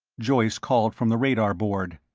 joyce called from the radar board,